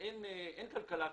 אין כלכלה כזאת.